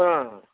अँ